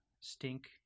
stink